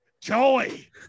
Joey